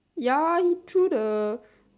ya he threw the